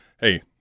hey